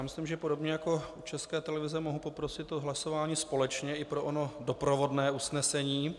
Myslím, že podobně jako u České televize mohu poprosit o hlasování společně i pro ono doprovodné usnesení.